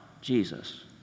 Jesus